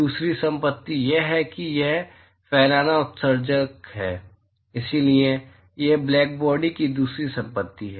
दूसरी संपत्ति यह है कि यह फैलाना उत्सर्जक है इसलिए यह ब्लैकबॉडी की दूसरी संपत्ति है